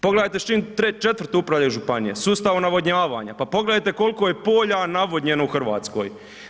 Pogledajte s čim četvrto upravljaju županije, sustavom navodnjavanja, pa pogledajte koliko je polja navodnjeno u Hrvatskoj.